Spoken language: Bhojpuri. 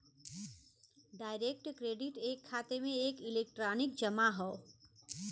डायरेक्ट क्रेडिट एक खाते में एक इलेक्ट्रॉनिक जमा हौ